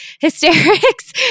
hysterics